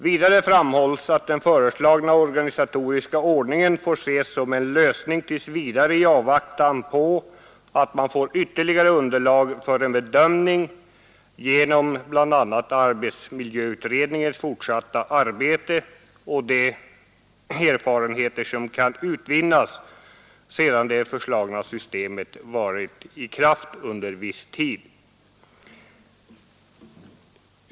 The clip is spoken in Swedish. Vidare framhålles att den föreslagna organisatoriska ordningen får ses som en lösning tills vidare i avvaktan på att man får ytterligare underlag för en bedömning genom bl.a. arbetsmiljöutredningens fortsatta arbete och de erfarenheter som kan utvinnas sedan det föreslagna systemet varit i kraft under viss tid.